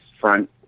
front